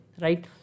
right